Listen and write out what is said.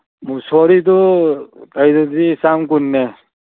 ꯃꯨꯁꯣꯔꯤꯗꯨ ꯂꯩꯔꯗꯤ ꯆꯥꯝ ꯀꯨꯟꯅꯦ